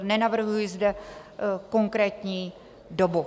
Nenavrhuji zde konkrétní dobu.